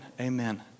amen